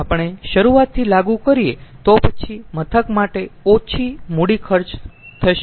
તેથી જો આપણે શરૂઆતથી લાગુ કરીયે તો પછી મથક માટે ઓછો મુડી ખર્ચ ઓછો થશે